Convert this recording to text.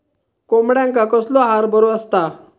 कोंबड्यांका कसलो आहार बरो असता?